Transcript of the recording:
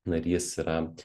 narys yra